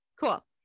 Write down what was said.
cool